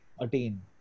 attain